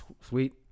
Sweet